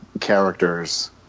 characters